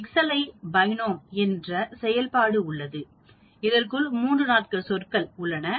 Excel க்கு BINOM என்ற செயல்பாடு உள்ளது இதற்குள் 3 4 சொற்கள் உள்ளன